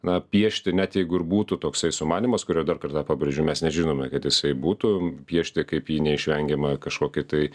na piešti net jeigu ir būtų toksai sumanymas kurio dar kartą pabrėžiu mes nežinome kad jisai būtų piešti kaip jį neišvengiamą kažkokį tai